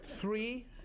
three